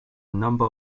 number